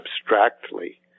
abstractly